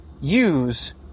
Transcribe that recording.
use